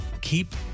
Keep